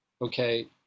okay